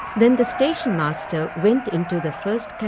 then the stationmaster went into the first carriage.